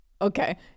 Okay